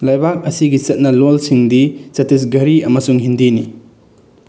ꯂꯩꯕꯥꯛ ꯑꯁꯤꯒꯤ ꯆꯠꯅꯂꯣꯜꯁꯤꯡꯗꯤ ꯆꯇꯤꯁꯒꯔꯤ ꯑꯃꯁꯨꯡ ꯍꯤꯟꯗꯤꯅꯤ